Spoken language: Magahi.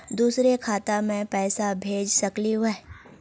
दुसरे खाता मैं पैसा भेज सकलीवह?